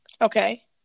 Okay